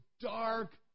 dark